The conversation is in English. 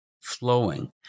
flowing